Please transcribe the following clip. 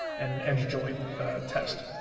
and an edge joint test.